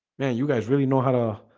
you guys really know how to